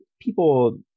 people